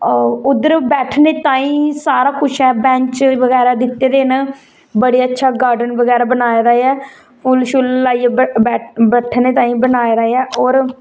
उद्धर बैठनै तांई सारा कुछ ऐ बेंच बगैरा दिते दे ना बड़ा अच्छा गार्डन बगैरा बनाए दा ऐ फुल्ल शुल्ल लाइये बैठने तांई बनाए दा ऐ